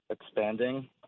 expanding